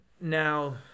now